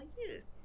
youth